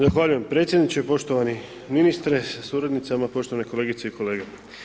Zahvaljujem predsjedniče, poštovani ministre sa suradnicama, poštovane kolegice i kolege.